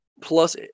Plus